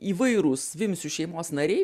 įvairūs vimsių šeimos nariai